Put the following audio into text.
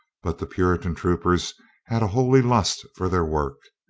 but the puritan troopers had a holy lust for their work.